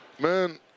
Man